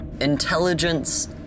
Intelligence